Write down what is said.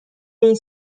این